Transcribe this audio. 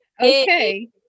Okay